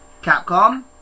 Capcom